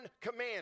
command